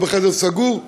לא בחדר סגור,